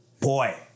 Boy